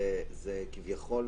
זה כביכול יותר